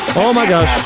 oh my gosh,